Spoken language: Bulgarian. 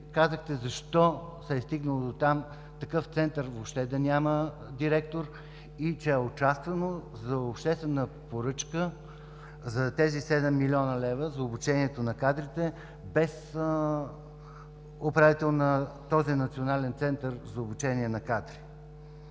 казахте защо се е стигнало дотам такъв Център въобще да няма директор и че е участвано за обществена поръчка за 7 млн. лв. за обучението на кадрите без управител на този Национален център за обучение на кадри.